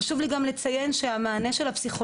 גם חשוב לי לציין שהמענה של הפסיכולוגים,